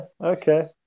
okay